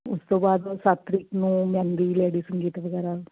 ਉਸ ਤੋਂ ਬਾਅਦ ਸੱਤ ਤਰੀਕ ਨੂੰ ਮਹਿੰਦੀ ਲੇਡੀ ਸੰਗੀਤ ਵਗੈਰਾ